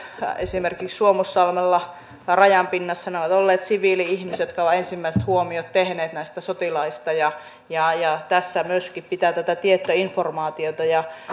esimerkiksi suomussalmella rajan pinnassa siviili ihmiset jotka ovat ensimmäiset huomiot tehneet sotilaista tässä myöskin pitää tätä tiettyä informaatiota ja